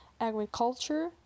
agriculture